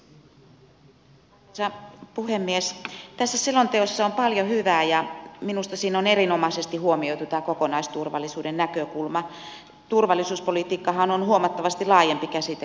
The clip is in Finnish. tässä selonteossa on paljon hyvää ja minusta siinä on erinomaisesti huomioitu tämä kokonaisturvallisuuden näkökulma turvallisuuspolitiikkahan on huomattavasti laajempi käsite kuin puolustuspolitiikka